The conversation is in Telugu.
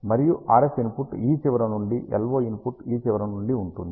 మరియు RF ఇన్పుట్ ఈ చివర నుండి LO ఇన్పుట్ ఈ చివర నుండి ఉంటుంది